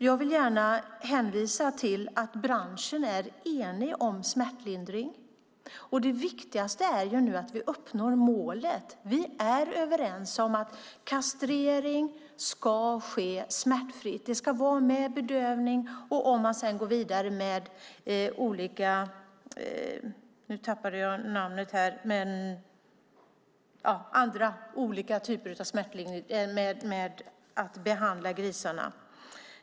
Jag vill gärna hänvisa till att branschen är enig om smärtlindring, och det viktigaste är nu att vi uppnår målet. Vi är överens om att kastrering ska ske smärtfritt. Det ska vara med bedövning. Sedan går man kanske vidare med andra sätt - nu tappade jag namnet på det - att behandla grisarna.